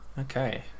Okay